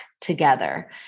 together